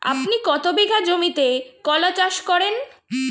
আপনি কত বিঘা জমিতে কলা চাষ করেন?